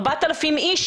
4,000 אנשים,